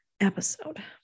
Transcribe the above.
episode